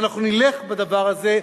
ואנחנו נלך בדבר הזה,